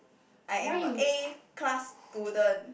I am a A class student